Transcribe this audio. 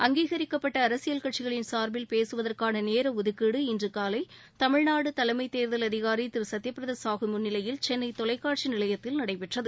அங்கீகரிக்கப்பட்ட அரசியல் கட்சிகளின் சார்பில் பேசுவதற்கான நேர ஒதுக்கீடு இன்று காலை தமிழ்நாடு தலைமைத் தேர்தல் அதிகாரி திரு சகத்யபிரதா சாஹூ முன்னிவையில் சென்னை தொலைக்காட்சி நிலையத்தில் நடைபெற்றது